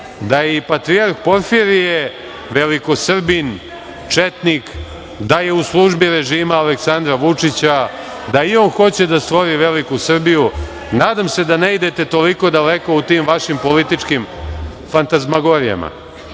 je i patrijarh Porfirije velikosrbin, četnik, da je u službi režima Aleksandra Vučića, da i on hoće da stvori veliku Srbiju. Nadam se da ne idete toliko daleko u tim vašim političkim fantazmagorijama. Žao